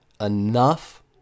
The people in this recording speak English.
Enough